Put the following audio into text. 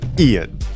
Ian